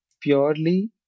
purely